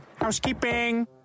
Housekeeping